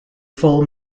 full